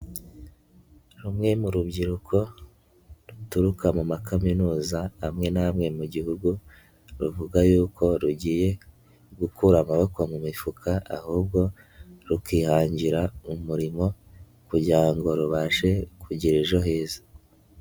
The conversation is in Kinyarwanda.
Rumwe mu rubyiruko ruturuka mu makaminuza amwe n'amwe mu gihugu, ruvuga yuko rugiye gukura amaboko mu mifuka, ahubwo rukihangira umurimo kugira ngo rubashe kugira ejo heza.